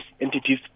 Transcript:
entities